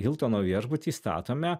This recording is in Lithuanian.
hiltono viešbutį statome